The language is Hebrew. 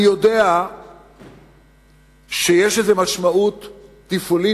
אני יודע שיש לזה משמעות תפעולית,